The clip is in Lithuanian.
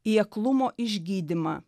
į aklumo išgydymą